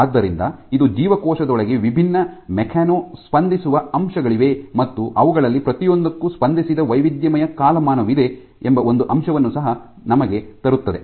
ಆದ್ದರಿಂದ ಇದು ಜೀವಕೋಶದೊಳಗೆ ವಿಭಿನ್ನ ಮೆಕ್ಯಾನೊ ಸ್ಪಂದಿಸುವ ಅಂಶಗಳಿವೆ ಮತ್ತು ಅವುಗಳಲ್ಲಿ ಪ್ರತಿಯೊಂದಕ್ಕೂ ಸಂಬಂಧಿಸಿದ ವೈವಿಧ್ಯಮಯ ಕಾಲಮಾನವಿದೆ ಎಂಬ ಒಂದು ಅಂಶವನ್ನು ಸಹ ನಮಗೆ ತರುತ್ತದೆ